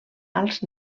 alts